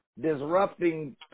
disrupting